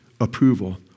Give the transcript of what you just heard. approval